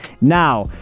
Now